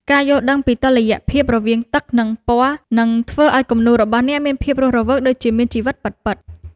ការយល់ដឹងពីតុល្យភាពរវាងទឹក និង ពណ៌នឹងធ្វើឱ្យគំនូររបស់អ្នកមានភាពរស់រវើកដូចជាមានជីវិតពិតៗ។